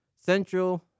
Central